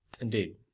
Indeed